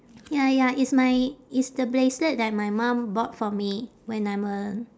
ya ya it's my it's the bracelet that my mom bought for me when I'm a